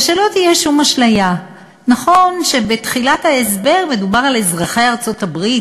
שלא תהיה שום אשליה: נכון שבתחילת ההסבר מדובר על אזרחי ארצות-הברית,